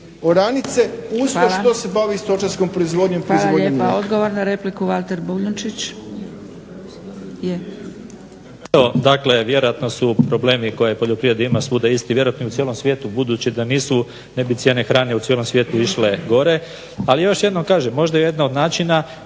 oranice uz to što se bavi stočarskom proizvodnjom proizvodnje mlijeka.